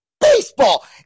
baseball